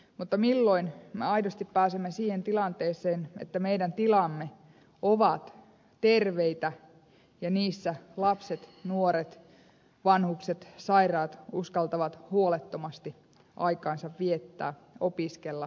mutta milloin me aidosti pääsemme siihen tilanteeseen että meidän tilamme ovat terveitä ja niissä lapset nuoret vanhukset sairaat uskaltavat huolettomasti aikaansa viettää opiskella parantua